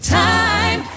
time